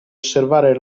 osservare